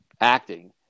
acting